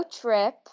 Trip